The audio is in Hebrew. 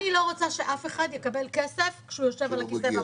אני לא רוצה שאף אחד לא יקבל כסף כשהוא יושב על הכיסא בבית.